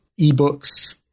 eBooks